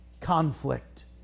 Conflict